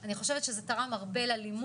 אני יכולה להגיד כמה דברים.